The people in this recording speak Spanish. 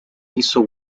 hizo